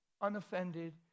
unoffended